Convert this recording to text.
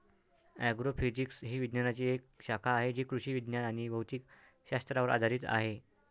agrophysics ही विज्ञानाची एक शाखा आहे जी कृषी विज्ञान आणि भौतिक शास्त्रावर आधारित आहे